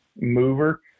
mover